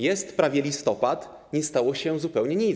Jest prawie listopad i nie stało się zupełnie nic.